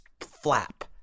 flap